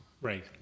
Right